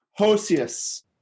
Hosius